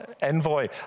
envoy